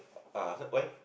ah so why